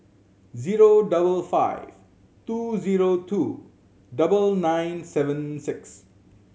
zero double five two zero two double nine seven six